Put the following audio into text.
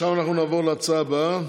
נעבור לנושא הבא,